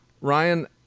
Ryan –